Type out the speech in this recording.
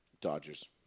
Dodgers